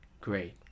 Great